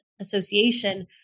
association